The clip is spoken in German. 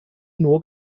nur